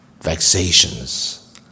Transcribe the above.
vexations